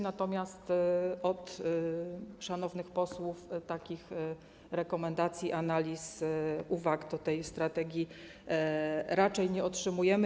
Natomiast od szanownych posłów takich rekomendacji, analiz, uwag do tej strategii raczej nie otrzymujemy.